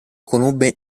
conobbe